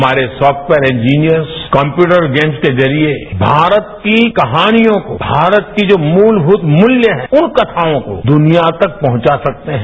हमारे software engineers computer games के जरिए भारत की कहानिर्यो भारत की जो मूलभूत मूल्य हैं उन कथाओं को दुनिया तक पहुंचा सकते हैं